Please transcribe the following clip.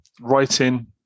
writing